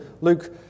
Luke